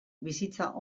bizitza